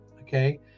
okay